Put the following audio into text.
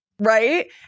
right